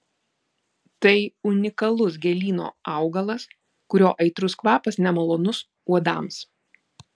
tai unikalus gėlyno augalas kurio aitrus kvapas nemalonus uodams